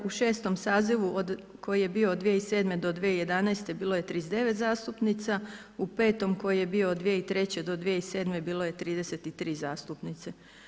U 6. sazivu koji je bio od 2007. do 2011. bilo je 39 zastupnica, u 5. koji je bio od 2003. do 2007. bilo je 33 zastupnice.